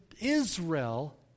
Israel